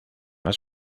las